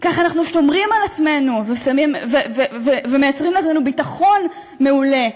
ככה אנחנו שומרים על עצמנו ומייצרים לעצמנו ביטחון מעולה,